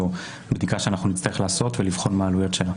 זו בדיקה שנצטרך לעשות ולבחון מה העלויות שלה.